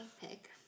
pick